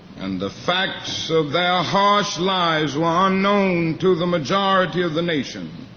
and the facts of their harsh lives were ah unknown to the majority of the nation.